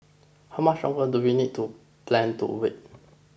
how much longer do we need to plan to wait